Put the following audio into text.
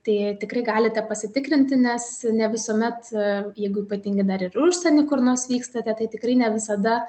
tai tikrai galite pasitikrinti nes ne visuomet jeigu ypatingi dar ir į užsienį kur nors vykstate tai tikrai ne visada